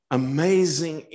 amazing